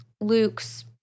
Luke's